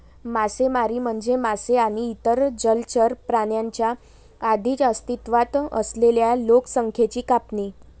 मासेमारी म्हणजे मासे आणि इतर जलचर प्राण्यांच्या आधीच अस्तित्वात असलेल्या लोकसंख्येची कापणी